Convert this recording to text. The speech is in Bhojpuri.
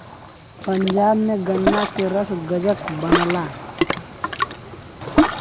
पंजाब में गन्ना के रस गजक बनला